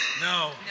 No